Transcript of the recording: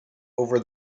over